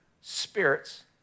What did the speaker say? spirits